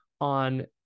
on